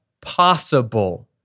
possible